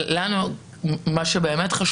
וזה הסיפור פה,